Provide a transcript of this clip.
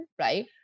right